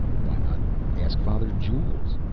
why not ask father jules?